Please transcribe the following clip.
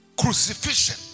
crucifixion